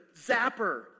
zapper